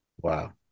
Wow